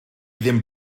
ddim